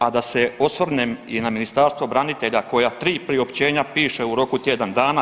A da se osvrnem i na Ministarstvo branitelja koja tri priopćenja piše u roku tjedan dana.